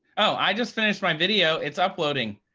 oh, i just finished my video. it's uploading.